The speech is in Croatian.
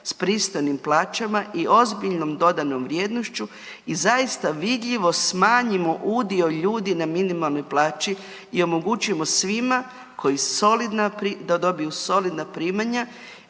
s pristojnim plaćama i ozbiljnom dodanom vrijednošću i zaista vidljivo smanjimo udio ljudi na minimalnoj plaći i omogućimo svima koji, da dobiju solidna primanja